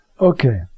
Okay